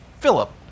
Philip